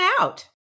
out